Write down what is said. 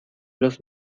los